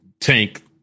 Tank